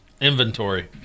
inventory